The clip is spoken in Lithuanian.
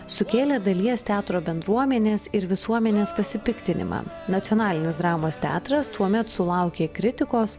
sukėlė dalies teatro bendruomenės ir visuomenės pasipiktinimą nacionalinis dramos teatras tuomet sulaukė kritikos